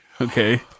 Okay